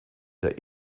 der